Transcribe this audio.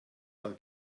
dann